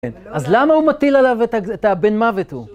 אז למה הוא מטיל עליו את הבן מוות הוא?